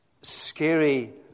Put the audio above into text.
scary